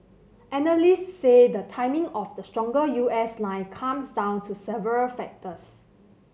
analysts say the timing of the stronger U S line comes down to several factors